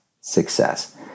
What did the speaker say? success